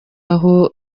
aho